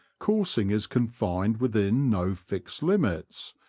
coursing is confined within no fixed limits,